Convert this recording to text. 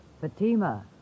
Fatima